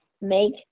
make